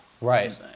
Right